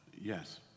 yes